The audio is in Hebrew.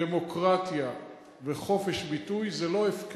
דמוקרטיה וחופש ביטוי זה לא הפקרות.